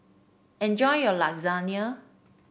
enjoy your Lasagne